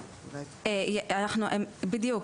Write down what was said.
בדיוק,